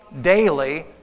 daily